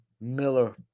Miller